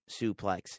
suplex